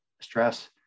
stress